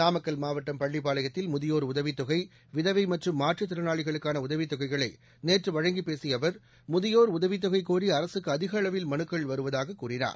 நாமக்கல் மாவட்டம் பள்ளிப்பாளையத்தில் முதியோா் உதவிதொகை விதவை மற்றும் மாற்றுத்திறளாளிகளுக்கான உதவிதொகைகளை நேற்று வழங்கி பேசிய அவர் முதியோர் உதவிதொகை கோரி அரசுக்கு அதிகளவில் மனுக்கள் வருவதாக கூறினார்